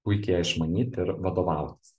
puikiai ją išmanyt ir vadovautis